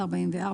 44,